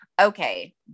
Okay